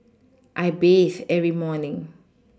I bathe every morning